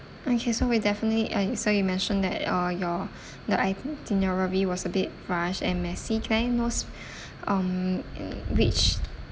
okay so we'll definitely uh so you mentioned that uh your the itinerary was a bit rushed and messy can I know sp~ um which